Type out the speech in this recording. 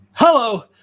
Hello